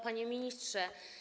Panie Ministrze!